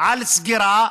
על סגירה